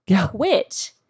quit